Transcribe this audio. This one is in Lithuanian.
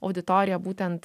auditorija būtent